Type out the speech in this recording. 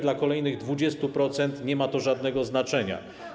Dla kolejnych 20% nie ma to żadnego znaczenia.